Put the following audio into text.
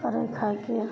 करै खाइके